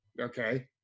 Okay